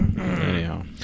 anyhow